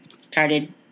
started